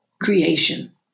creation